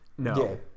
no